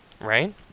right